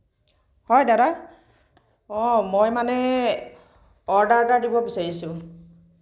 হয় দাদা অ মই মানে অৰ্ডাৰ এটা দিব বিছাৰিছোঁ